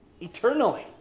Eternally